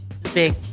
big